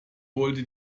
wollte